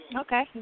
Okay